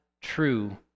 true